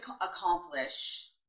accomplish